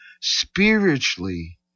spiritually